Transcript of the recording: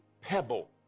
pebble